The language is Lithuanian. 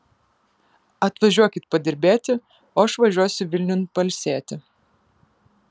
atvažiuokit padirbėti o aš važiuosiu vilniun pailsėti